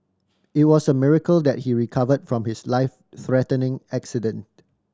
it was a miracle that he recovered from his life threatening accident